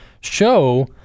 show